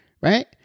Right